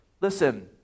listen